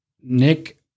Nick